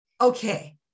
okay